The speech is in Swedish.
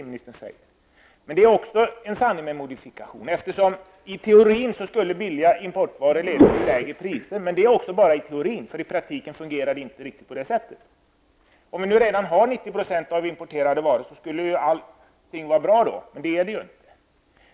Men det är en sanning med modifikation att billiga importvaror skulle leda till lägre priser. Detta är bara i teorin, för i praktiken fungerar det inte riktigt på det sättet. Eftersom 90 % av varorna redan är importerade skulle ju allt vara bra. Men det är det inte.